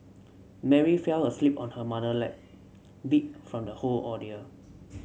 Mary fell asleep on her mother lap beat from the whole ordeal